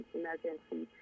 emergency